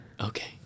Okay